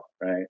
right